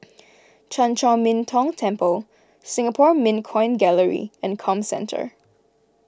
Chan Chor Min Tong Temple Singapore Mint Coin Gallery and Comcentre